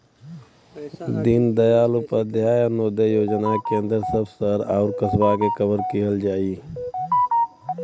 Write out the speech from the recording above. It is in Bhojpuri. दीनदयाल उपाध्याय अंत्योदय योजना के अंदर सब शहर आउर कस्बा के कवर किहल जाई